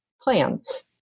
plans